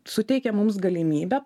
suteikia mums galimybę